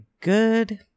good